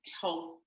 health